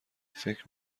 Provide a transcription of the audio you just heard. فکر